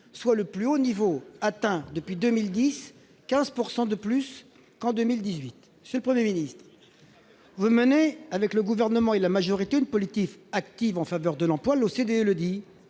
soit le plus haut niveau depuis 2010, c'est-à-dire 15 % de plus qu'en 2018. Monsieur le Premier ministre, vous menez, avec le Gouvernement et la majorité, une politique active en faveur de l'emploi. L'OCDE souligne